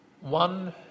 One